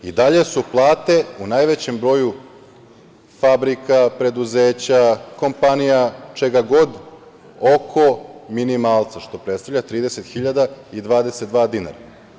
I dalje su plate u najvećem broju fabrika, preduzeća, kompanija, čega god, oko minimalca, što predstavlja 30.022 dinara.